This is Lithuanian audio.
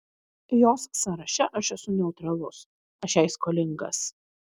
jos sąraše aš esu neutralus aš jai skolingas